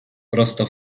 prosto